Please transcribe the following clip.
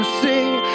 sing